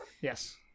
Yes